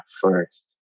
first